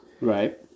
Right